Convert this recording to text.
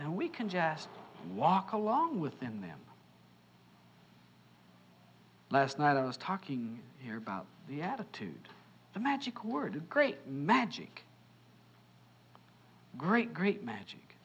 and we can just walk along with in them last night i was talking about the attitude the magic word great magic great great magic